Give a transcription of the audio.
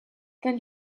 then